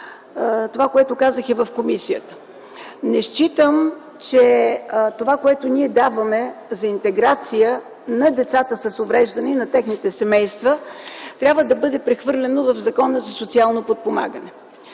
това, което казах и в комисията. Не смятам, че това, което ние даваме за интеграция на децата с увреждания и на техните семейства, трябва да бъде прехвърлено в Закона за социално подпомагане.